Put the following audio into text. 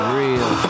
real